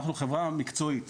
אנחנו חברה מקצועית.